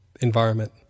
environment